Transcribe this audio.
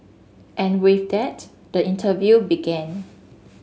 and with that the interview began